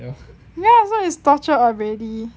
ya so is torture already